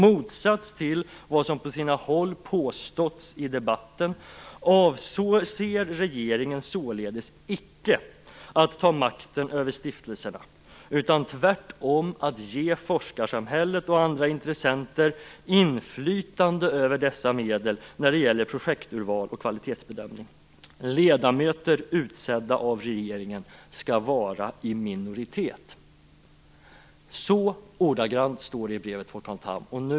I motsats till vad som på sina håll påståtts i debatten avser regeringen således icke att ta makten över stiftelserna utan tvärtom att ge forskarsamhället och andra intressenter inflytande över dessa medel när det gäller projekturval och kvalitetsbedömning. Ledamöter utsedda av regeringen skall vara i minoritet."